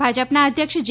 ભાજપના અધ્યક્ષ જે